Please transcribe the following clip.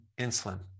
insulin